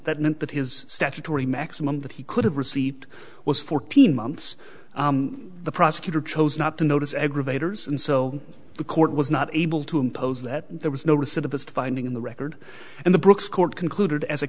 that meant that his statutory maximum that he could have received was fourteen months the prosecutor chose not to notice aggravators and so the court was not able to impose that there was no recidivist finding in the record and the brooks court concluded as a